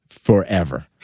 Forever